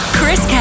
Chris